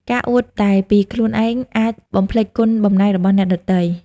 ការអួតតែពីខ្លួនឯងអាចបំភ្លេចគុណបំណាច់របស់អ្នកដទៃ។